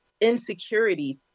insecurities